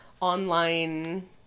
online